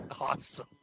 Awesome